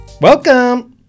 Welcome